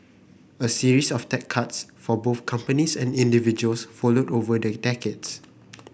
a series of tax cuts for both companies and individuals followed over the decades